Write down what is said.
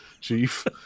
chief